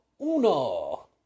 uno